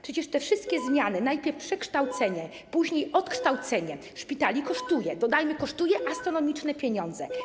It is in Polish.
Przecież te wszystkie zmiany, najpierw przekształcenie, później odkształcenie szpitali kosztują, dodajmy: kosztują astronomiczne pieniądze.